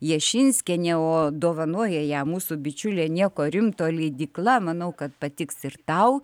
jašinskienė o dovanoja ją mūsų bičiulė nieko rimto leidykla manau kad patiks ir tau